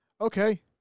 Okay